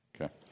okay